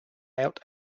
out